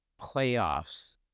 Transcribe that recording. playoffs